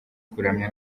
kuramya